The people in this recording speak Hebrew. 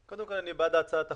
קודם כל אני בעד הצעת החוק.